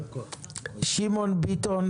ביטון